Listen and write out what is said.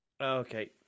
Okay